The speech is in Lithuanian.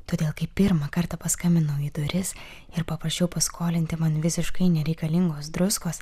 todėl kai pirmą kartą paskambinau į duris ir paprašiau paskolinti man visiškai nereikalingos druskos